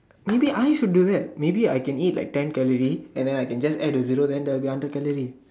maybe I should do that maybe I can eat like ten calorie and then I can just add a zero then that will be hundred calorie